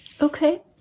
Okay